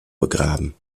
begraben